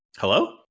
Hello